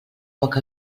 poc